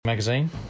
Magazine